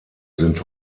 sind